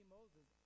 Moses